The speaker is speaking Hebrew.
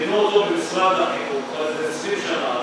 מינו אותו במשרד החינוך, כבר לפני איזה 20 שנה,